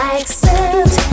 accept